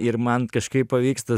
ir man kažkaip pavyksta